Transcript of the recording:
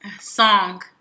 song